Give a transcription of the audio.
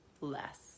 less